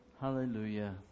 Hallelujah